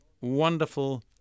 wonderful